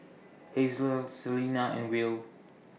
Hazle Selina and Will